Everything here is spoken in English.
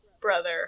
brother